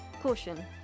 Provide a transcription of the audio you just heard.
Caution